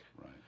right